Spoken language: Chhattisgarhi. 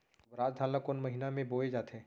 दुबराज धान ला कोन महीना में बोये जाथे?